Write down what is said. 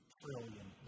trillion